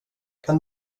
kan